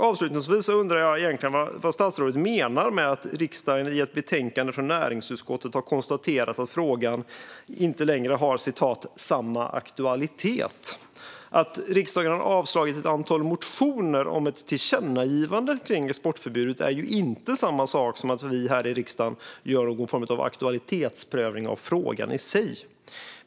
Avslutningsvis undrar jag vad statsrådet egentligen menar med att riksdagen i ett betänkande från näringsutskottet har konstaterat att frågan inte längre har "samma aktualitet". Att riksdagen har avslagit ett antal motioner om ett tillkännagivande om exportförbudet är inte samma sak som att vi här i riksdagen gör någon form av aktualitetsprövning av frågan i sig.